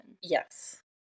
Yes